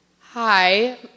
Hi